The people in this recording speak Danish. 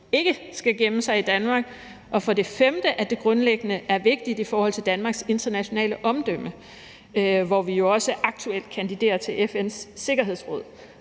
ikke skal gemme sig i Danmark; for det femte at det grundlæggende er vigtigt i forhold til Danmarks internationale omdømme, hvor vi jo også aktuelt kandiderer til FN's Sikkerhedsråd;